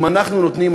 אם אנחנו נותנים,